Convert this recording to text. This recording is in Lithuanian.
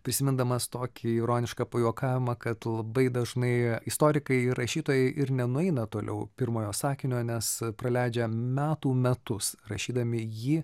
prisimindamas tokį ironišką pajuokavimą kad labai dažnai istorikai ir rašytojai ir nenueina toliau pirmojo sakinio nes praleidžia metų metus rašydami jį